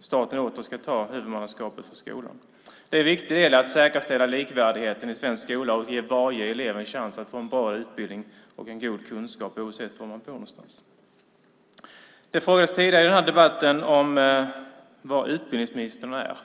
staten åter ska ha huvudmannaskapet för skolan. Det är viktigt för att säkerställa likvärdigheten i svensk skola och ge varje elev en chans att få en bra utbildning och god kunskap oavsett var man bor. Det frågades tidigare i den här debatten var utbildningsministern är.